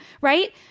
right